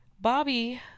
Bobby